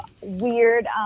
weird